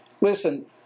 Listen